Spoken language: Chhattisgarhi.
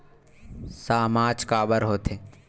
सामाज काबर हो थे?